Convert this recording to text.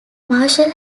marshall